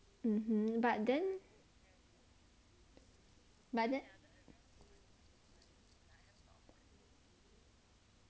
um but then but then